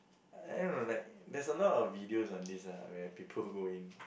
I don't know like there's a lot of videos on this lah where people who go in